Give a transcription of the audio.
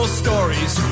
stories